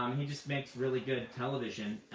um he just makes really good television.